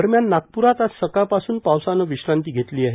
दरम्यान नागप्रात आज सकाळ पासून पावसानं विश्रांती घेतली आहे